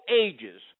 ages